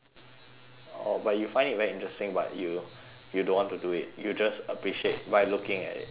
oh but you find it very interesting but you you don't want to do it you just appreciate by looking at it okay